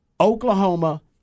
Oklahoma